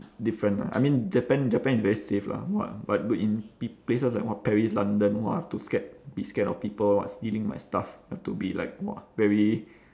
different lah I mean japan japan is very safe lah !wah! but in peo~ places like what paris london !wah! I have to scared be scared of people what stealing my stuff have to be like !wah! very